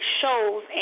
shows